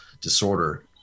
disorder